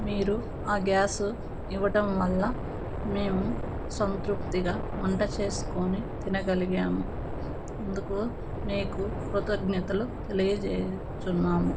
మీరు ఆ గ్యాస్ ఇవ్వటం వల్ల మేము సంతృప్తిగా వంట చేసుకొని తినగలిగాము అందుకు మీకు కృతజ్ఞతలు తెలియజేచున్నాము